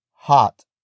hot